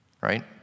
right